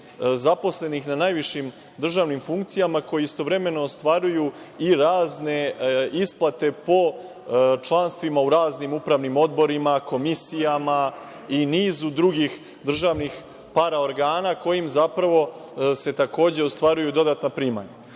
zaposlenih na najvišim državnim funkcijama koji istovremeno ostvaruju i razne isplate po članstvima u radnim upravnim odborima, komisijama i nizu drugih državnih paraorgana kojim zapravo se takođe ostvaruju dodatna primanja. Da